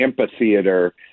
amphitheater